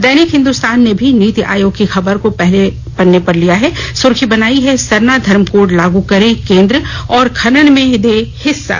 दैनिक हिन्दुस्तान ने भी नीति आयोग की खबर को पहले पर लिया है सुर्खी बनायी है सरना धर्म कोड लागू करे केन्द्र और खनन में दे हिस्सा